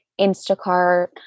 Instacart